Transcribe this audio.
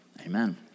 Amen